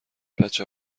بچه